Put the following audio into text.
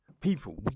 people